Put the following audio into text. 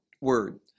word